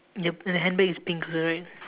yup and the handbag is pink colour right